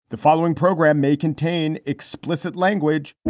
the following program may contain explicit language